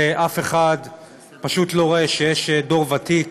ואף אחד פשוט לא רואה שיש דור ותיק